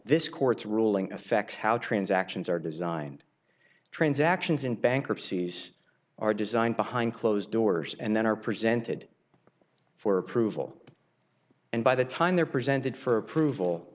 this court's ruling affects how transactions are designed transactions and bankruptcy's are designed behind closed doors and then are presented for approval and by the time they're presented for approval